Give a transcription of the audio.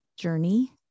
journey